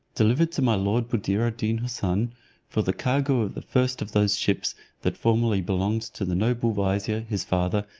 delivered to my lord buddir ad deen houssun, for the cargo of the first of those ships that formerly belonged to the noble vizier, his father,